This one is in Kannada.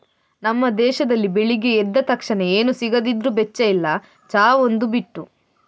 ನಮ್ಮ ದೇಶದಲ್ಲಿ ಬೆಳಿಗ್ಗೆ ಎದ್ದ ತಕ್ಷಣ ಏನು ಸಿಗದಿದ್ರೂ ಬೆಚ್ಚ ಇಲ್ಲ ಚಾ ಒಂದು ಬಿಟ್ಟು